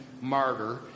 martyr